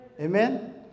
amen